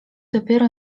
dopiero